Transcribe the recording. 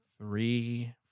three